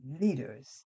leaders